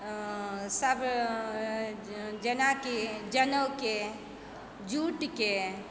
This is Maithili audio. सभ जेनाकि जनेउके जूटके